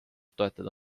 toetada